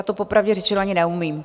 Já to popravdě řečeno ani neumím.